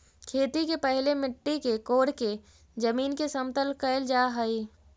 खेती के पहिले मिट्टी के कोड़के जमीन के समतल कैल जा हइ